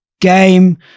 Game